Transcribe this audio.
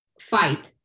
fight